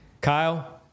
Kyle